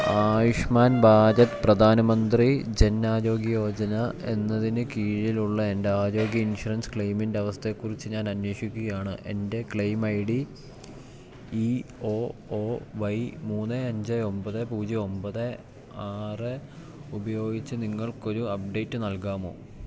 ആയുഷ്മാൻ ഭാരത് പ്രധാനമന്ത്രി ജന് ആരോഗ്യ യോജന എന്നതിനു കീഴിലുള്ള എന്റെ ആരോഗ്യ ഇൻഷുറൻസ് ക്ലെയിമിന്റെ അവസ്ഥയെക്കുറിച്ച് ഞാന് അന്വേഷിക്കുകയാണ് എന്റെ claim I D E O O Y മൂന്ന് അഞ്ച് ഒന്പത് പൂജ്യം ഒന്പത് ആറ് ഉപയോഗിച്ച് നിങ്ങൾക്കൊരു അപ്ഡേറ്റ് നൽകാമോ